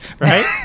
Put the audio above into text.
right